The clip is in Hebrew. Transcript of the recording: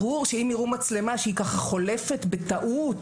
ברור שאם יראו מצלמה שהיא חולפת בטעות,